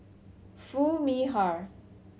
Foo Mee Har